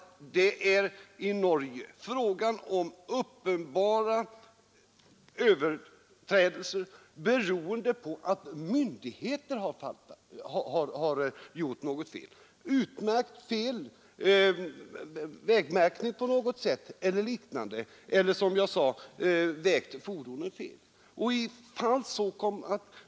I Norge är det nämligen fråga om uppenbara överträdelser beroende på att myndigheter har gjort något fel — utfört vägmärkningen fel eller, som jag sade, vägt fordonen fel.